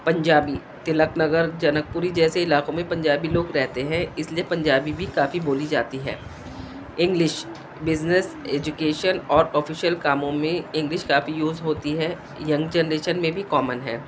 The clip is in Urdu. پنجابی تلک نگر جنک پوری جیسے علاقوں میں پنجابی لوگ رہتے ہیں اس لیے پنجابی بھی کافی بولی جاتی ہیں انگلش بزنس ایجوکیشن اور آفیشیل کاموں میں انگلش کافی یوز ہوتی ہے ینگ جنریشن میں بھی کامن ہے